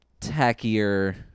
tackier